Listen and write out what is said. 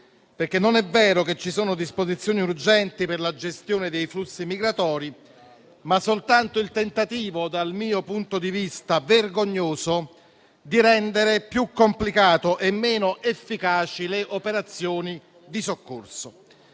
Non è vero che esso contiene disposizioni urgenti per la gestione dei flussi migratori, ma c'è soltanto il tentativo, che dal mio punto di vista è vergognoso, di rendere più complicate e meno efficaci le operazioni di soccorso.